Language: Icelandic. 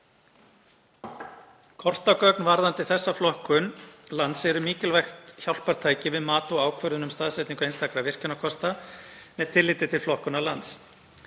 Kortagögn varðandi þessa flokkun lands eru mikilvæg hjálpartæki við mat og ákvörðun um staðsetningu einstakra virkjunarkosta með tilliti til flokkunar lands.